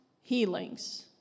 healings